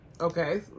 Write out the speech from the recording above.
Okay